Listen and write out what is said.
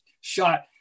shot